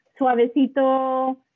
suavecito